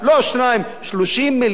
30 מיליארד שקל.